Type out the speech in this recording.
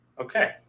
okay